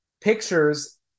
pictures